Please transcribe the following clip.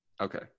Okay